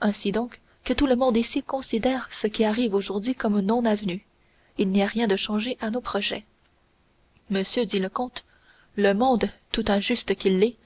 ainsi donc que tout le monde ici considère ce qui arrive aujourd'hui comme non avenu il n'y a rien de changé à nos projets monsieur dit le comte le monde tout injuste qu'il est